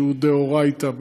שהוא מדאורייתא,